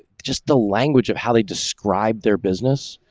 just the language of how they describe their business